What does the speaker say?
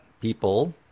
people